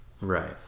Right